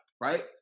right